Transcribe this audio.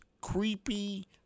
creepy